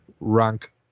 rank